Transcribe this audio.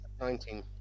Nineteen